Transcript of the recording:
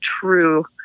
true